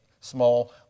small